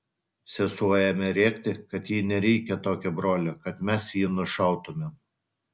sesuo ėmė rėkti kad jai nereikia tokio brolio kad mes jį nušautumėm